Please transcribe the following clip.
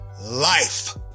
life